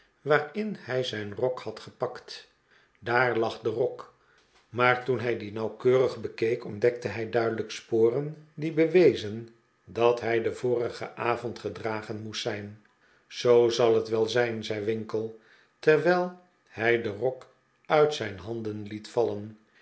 waarin hij zijn rok had gepakt daar lag de rok maar toen hij dien nauwkeurig bekeek ontdekte hij duidelijk sporen die bewezen dat hij den vorigen avond gedragen moest zijn zoo zal het wel zijn zei winkle terwijl hij den rok uit zijn handen liet vallen